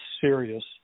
serious